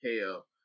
Hell